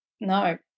no